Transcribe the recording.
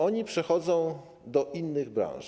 Oni przechodzą do innych branż.